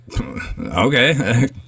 okay